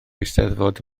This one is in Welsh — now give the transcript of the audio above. eisteddfod